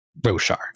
Roshar